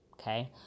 Okay